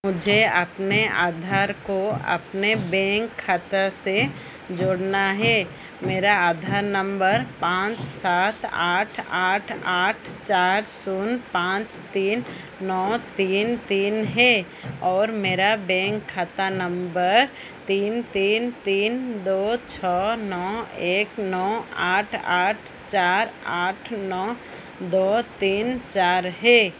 मुझे अपने आधार को अपने बेंक खाते से जोड़ना है मेरा आधार नंबर पाँच सात आठ आठ आठ चार शून्य पाँच तीन नौ तीन तीन है और मेरा बैंक खाता नंबर तीन तीन तीन दो छः नौ एक नौ आठ आठ चार आठ नौ दो तीन चार है